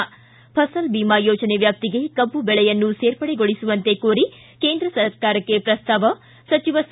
ಿ ಫಸಲ್ ಭಿಮಾ ಯೋಜನೆ ವ್ಯಾಪ್ತಿಗೆ ಕಬ್ಬು ಬೆಳೆಯನ್ನು ಸೇರ್ಪಡೆಗೊಳಿಸುವಂತೆ ಕೋರಿ ಕೇಂದ್ರ ಸರ್ಕಾರಕ್ಕೆ ಪ್ರಸ್ತಾವ ಸಚಿವ ಸಿ